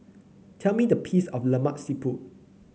tell me the piece of Lemak Siput